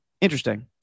interesting